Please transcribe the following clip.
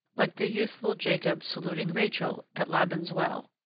like the youthful jacob saluting rachel at laban's well.